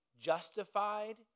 justified